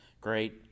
great